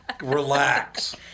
Relax